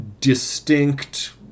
distinct